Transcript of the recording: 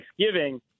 Thanksgiving